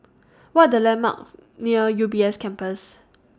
What Are The landmarks near U B S Campus